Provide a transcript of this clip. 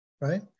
right